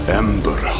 ember